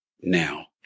now